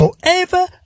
forever